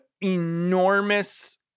enormous